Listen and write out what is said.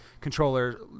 controller